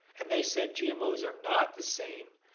and they said gmos are not the same.